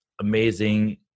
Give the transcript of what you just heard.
amazing